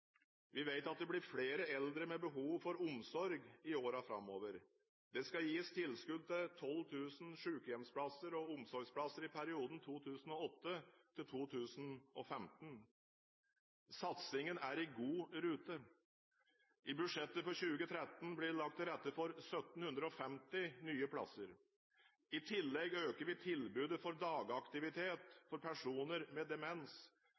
Vi vet at det blir flere eldre med behov for omsorg i årene framover. Det skal gis tilskudd til 12 000 sykehjems- og omsorgsplasser i perioden 2008–2015. Satsingen er i god rute. I budsjettet for 2013 blir det lagt til rette for 1 750 nye plasser. I tillegg øker vi tilbudet for dagaktivitet for personer med demens.